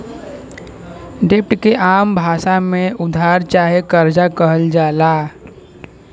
डेब्ट के आम भासा मे उधार चाहे कर्जा कहल जाला